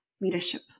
leadership